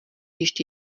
ještě